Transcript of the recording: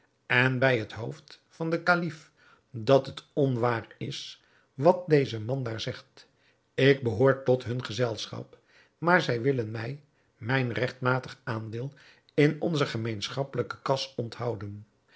en bij het hoofd van den kalif dat het onwaar is wat deze man daar zegt ik behoor tot hun gezelschap maar zij willen mij mijn regtmatig aandeel in onze gemeenschappelijke kas onthouden